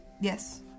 Yes